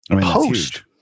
Post